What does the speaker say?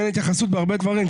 אין התייחסות בהרבה דברים,